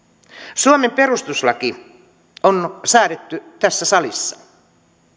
suomen perustuslaki on säädetty tässä salissa